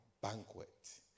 banquet